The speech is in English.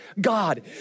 God